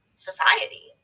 society